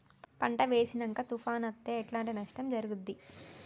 పంట వేసినంక తుఫాను అత్తే ఎట్లాంటి నష్టం జరుగుద్ది?